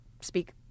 speak